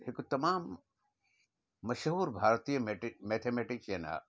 हिकु तमामु मशहूरु भारतीय मैथिट मैथमैटिकचेन आहे